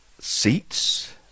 seats